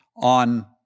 on